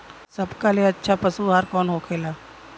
सबका ले अच्छा पशु आहार कवन होखेला?